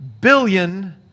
billion